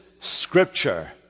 scripture